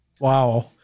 wow